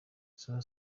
suso